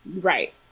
right